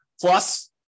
Plus